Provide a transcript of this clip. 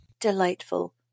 delightful